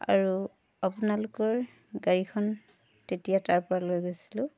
আৰু আপোনালোকৰ গাড়ীখন তেতিয়া তাৰপৰা লৈ গৈছিলোঁ